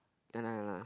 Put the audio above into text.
ya lah ya lah